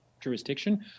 jurisdiction